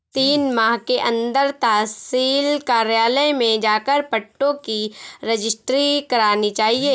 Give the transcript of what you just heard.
तीन माह के अंदर तहसील कार्यालय में जाकर पट्टों की रजिस्ट्री करानी चाहिए